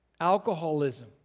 Alcoholism